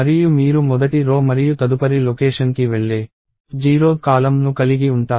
మరియు మీరు మొదటి రో మరియు తదుపరి లొకేషన్ కి వెళ్లే 0th కాలమ్ ను కలిగి ఉంటారు